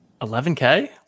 11K